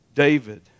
David